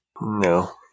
No